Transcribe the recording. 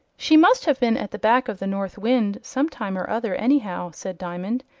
she must have been at the back of the north wind some time or other, anyhow, said diamond.